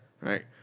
Right